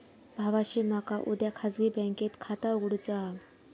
भावाशी मका उद्या खाजगी बँकेत खाता उघडुचा हा